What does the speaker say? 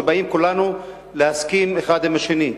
שכולם באים להסכים בו אחד עם השני.